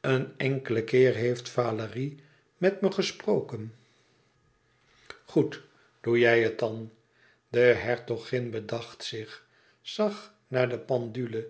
een enkelen keer heeft valérie met me gesproken goed doe jij het dan de hertogin bedacht zich zag naar de pendule